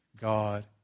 God